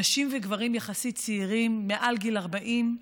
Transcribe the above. נשים וגברים צעירים יחסית, מעל גיל 40,